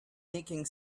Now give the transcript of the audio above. nicking